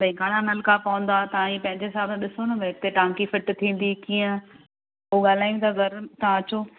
भई घणा नलका पवंदा तव्हां ईअं पंहिंजे हिसाबु ॾिसो न भई हिते टांकी फिट थींदी कीअं पोइ ॻाल्हाईंदव घरु तव्हां अचो